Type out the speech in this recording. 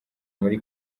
muri